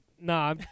no